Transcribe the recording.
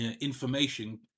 information